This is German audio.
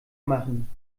machen